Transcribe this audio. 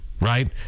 right